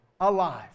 alive